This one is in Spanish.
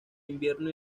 invierno